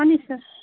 অঁ নিশ্চয়